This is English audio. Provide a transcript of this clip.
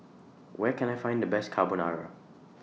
Where Can I Find The Best Carbonara